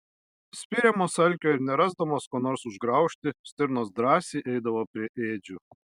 spiriamos alkio ir nerasdamos ko nors užgraužti stirnos drąsiai eidavo prie ėdžių